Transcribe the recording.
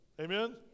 Amen